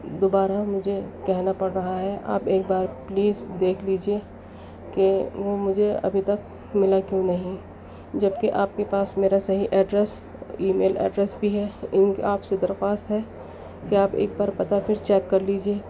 دوبارہ مجھے کہنا پڑ رہا ہے آپ ایک بار پلیز دیکھ لیجیے کہ وہ مجھے ابھی تک ملا کیوں نہیں جب کہ آپ کے پاس میرا صحیح ایڈریس ای میل ایڈریس بھی ہے ان آپ سے درخواست ہے کہ آپ ایک بار پتا پھر چیک کر لیجیے